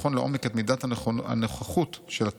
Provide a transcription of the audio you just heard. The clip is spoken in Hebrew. ולבחון לעומק את מידת הנוכחות של התרבות,